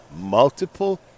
multiple